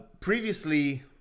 Previously